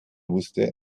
wusste